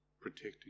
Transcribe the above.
protecting